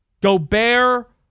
Gobert